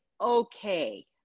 Okay